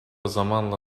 zamanla